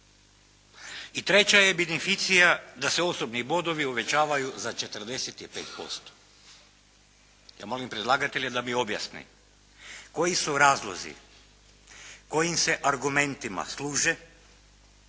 I treća je beneficija da se osobni bodovi uvećavaju za 45%. Ja molim predlagatelje da mi objasne koji su razlozi kojim se argumentima služe